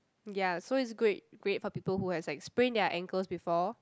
ya so it's great great for people who has like sprain their ankles before